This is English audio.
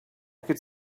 could